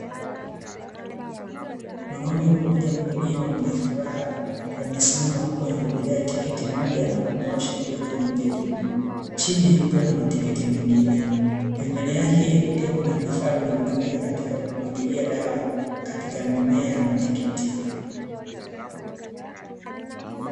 Mwanaume mmoja mkulima mwenye furaha, amesimama huku amebebelea tikiti moja na kunyoosha kidole kimoja juu. Chini kukiwa na matikiti mengine, pembeni yake kukiwa na vifaa vinavyotumika katika kumwagilia dawa katika mimea ya matikiti.